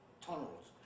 Tunnels